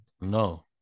No